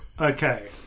Okay